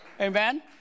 Amen